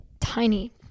tiny